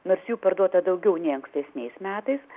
nors jų parduota daugiau nei ankstesniais metais